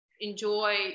enjoy